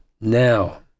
now